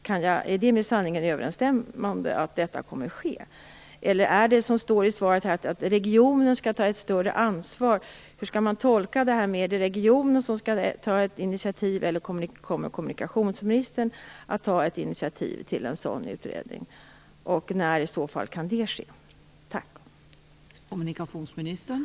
Är det med sanningen överensstämmande? Eller skall regionen, som det står i svaret, ta ett större ansvar? Hur skall man tolka det? Skall regionen eller kommunikationsministern ta ett initiativ till en sådan utredning? När kan det i så fall ske? Tack!